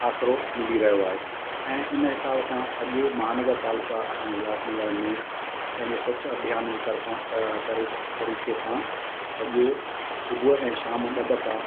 आसिरो मिली रहियो आहे ऐं उन हिसाब सां अॼु महानगर पालिका असांजे उल्हासनगर में पंहिंजे स्वच्छ अभियान ई तर्फ़ा तरि तरीक़े सां अॼु सुबुहु ऐं शाम ॿ दफ़ा